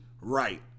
right